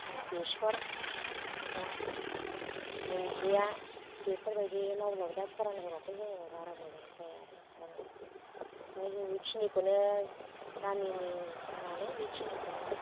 जों बेसर दा दुन्दिया बेफोरबायदियै मावब्लाबो दा खरान होब्लाथाय जोङो बारा मोजां जाया आरो जानाया ओमफ्राय इखिनिखौनो गामिनि जानानै बेखिनिखौनो